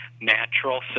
natural